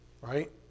Right